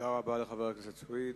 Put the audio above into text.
תודה רבה לחבר הכנסת סוייד.